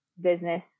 business